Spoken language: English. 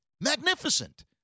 Magnificent